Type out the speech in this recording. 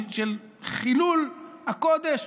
של חילול הקודש.